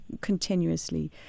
continuously